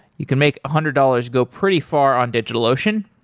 you can make a hundred dollars go pretty far on digitalocean.